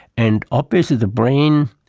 and obviously the brain,